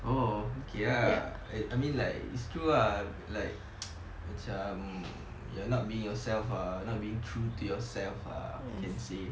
oh okay ya I I mean like it's true lah like macam you're not being yourself err not being true to yourself lah can say